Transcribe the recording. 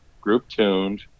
group-tuned